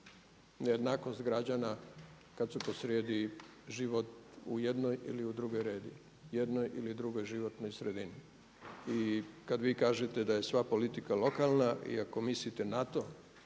nejednakost građana kad su posrijedi život u jednoj ili u drugoj regiji, jednoj ili drugoj životnoj sredini. I kad vi kažete da je sva politika lokalna i ako mislite na